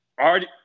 already